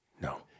No